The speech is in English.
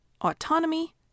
autonomy